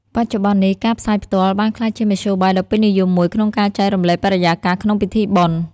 បច្ចុប្បន្ននេះ ការផ្សាយផ្ទាល់បានក្លាយជាមធ្យោបាយដ៏ពេញនិយមមួយក្នុងការចែករំលែកបរិយាកាសក្នុងពិធីបុណ្យ។